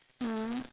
mm